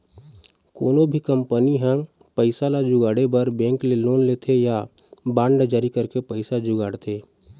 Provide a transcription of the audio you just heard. कोनो भी कंपनी ह पइसा ल जुगाड़े बर बेंक ले लोन लेथे या बांड जारी करके पइसा जुगाड़थे